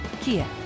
Kia